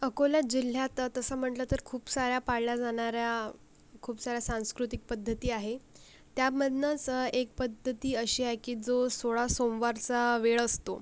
अकोला जिल्ह्यात तसं म्हटलं तर खूप साऱ्या पाळल्या जाणाऱ्या खूप साऱ्या सांस्कृतिक पद्धती आहे त्यामधनंच एक पद्धती अशी आहे की जो सोळा सोमवारचा वेळ असतो